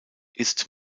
ist